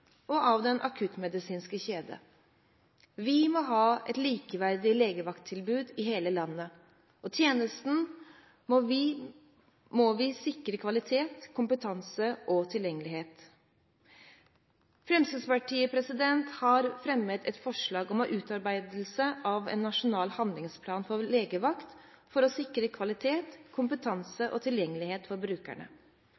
og av den akuttmedisinske kjede. Vi må ha et likeverdig legevakttilbud i hele landet, og vi må sikre tjenesten kvalitet, kompetanse og tilgjengelig. Fremskrittspartiet har fremmet et forslag om å utarbeide en nasjonal handlingsplan for legevakt for å sikre kvalitet, kompetanse